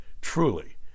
Truly